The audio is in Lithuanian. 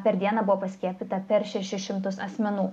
per dieną buvo paskiepyta per šešis šimtus asmenų